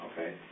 Okay